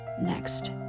Next